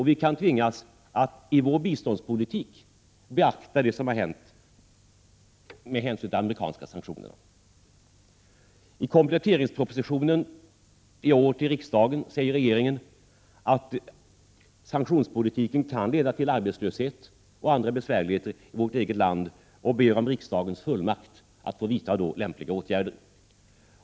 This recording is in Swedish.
Vi kan tvingas att i vår biståndspolitik beakta det som hänt med hänsyn till de amerikanska sanktionerna. I kompletteringspropositionen i år till riksdagen säger regeringen att sanktionspolitiken kan leda till arbetslöshet och andra besvärligheter i vårt land och ber om riksdagens fullmakt att få vidta lämpliga åtgärder.